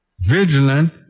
Vigilant